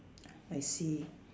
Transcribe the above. I see